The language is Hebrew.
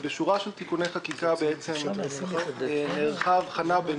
בשורה של תיקוני חקיקה נערכה הבחנה בין